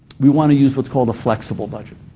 we want to use what's called a flexible budget.